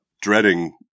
dreading